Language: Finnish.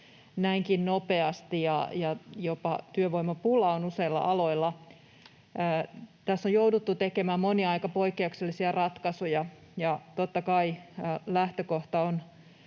näinkin nopeasti ja jopa työvoimapulaa on useilla aloilla. Tässä on jouduttu tekemään monia aika poikkeuksellisia ratkaisuja, ja totta kai lähtökohta on